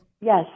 Yes